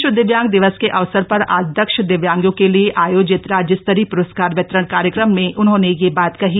विश्व दिव्यांग दिवस के अवसर पर आज दक्ष दिव्यांगों के लिए आयोजित राज्य स्तरीय पूरस्कार वितरण कार्यक्रम में उन्होंने यह बात कही